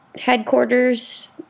headquarters